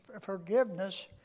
forgiveness